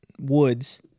woods